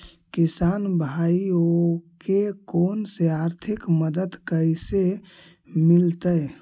किसान भाइयोके कोन से आर्थिक मदत कैसे मीलतय?